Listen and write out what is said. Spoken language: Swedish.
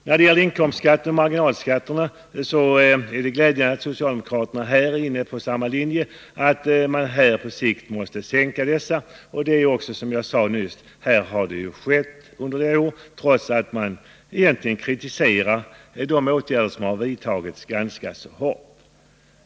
I fråga om inkomstskatterna och marginalskatterna är det glädjande att socialdemokraterna är inne på samma linje som vi, nämligen att man på sikt måste sänka dessa. Som jag nyss sade har ju sådana sänkningar skett under de senaste åren, trots att socialdemokraterna kritiserat de vidtagna åtgärderna ganska hårt.